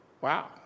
Wow